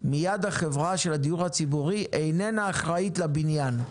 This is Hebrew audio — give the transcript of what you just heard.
מיד החברה של הדיור הציבורי אינה אחראית לבניין.